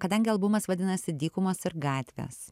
kadangi albumas vadinasi dykumos ir gatvės